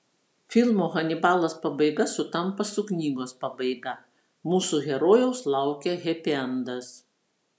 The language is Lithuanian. filmo hanibalas pabaiga sutampa su knygos pabaiga mūsų herojaus laukia hepiendas